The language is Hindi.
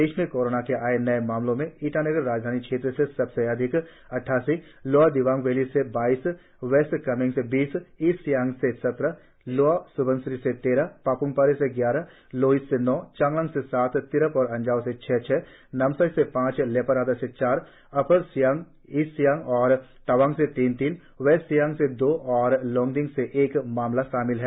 प्रदेश में कोरोना के आए नए मामलों में ईटानगर राजधानी क्षेत्र से सबसे अधिक अद्वासी लोअर दिबांग वैली से बाईस वेस्ट कामेंग से बीस ईस्ट सियांग से सत्रह लोअर स्बनसिरी से तेरह पाप्मपारे से ग्यारह लोहित से नौ चांगलांग से सात तिराप और अंजाव से छह छह नामसाई से पांच लेपारादा से चार अपर सियांग ईस्ट कामेंग और तवांग से तीन तीन वेस्ट सियांग से दो और लोंगडिंग से एक मामला शामिल है